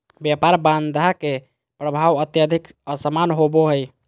व्यापार बाधा के प्रभाव अत्यधिक असमान होबो हइ